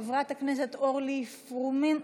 חברת הכנסת אורלי פרומן,